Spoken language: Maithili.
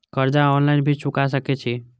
कर्जा ऑनलाइन भी चुका सके छी?